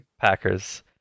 Packers